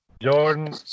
Jordan